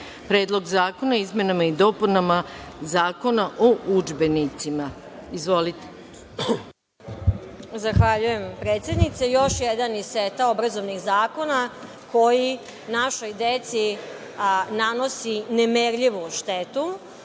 Predlog zakona o izmenama i dopunama Zakona o udžbenicima. Izvolite. **Aleksandra Jerkov** Zahvaljujem, predsednice. Još jedan iz seta obrazovnih zakona koji našoj deci nanosi nemerljivu štetu